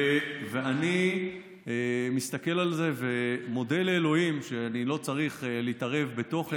ואני מסתכל על זה ומודה לאלוהים שאני לא צריך להתערב בתוכן.